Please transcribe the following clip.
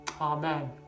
Amen